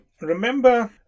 remember